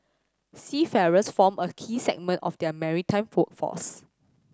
seafarers form a key segment of our maritime workforce